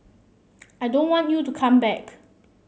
I don't want you to come back